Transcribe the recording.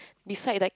beside that